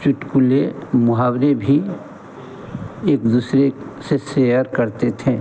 चुटकुले मुहावरे भी एक दूसरे से शेयर करते थे